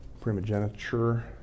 Primogeniture